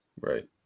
Right